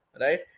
right